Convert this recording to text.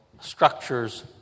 structures